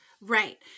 Right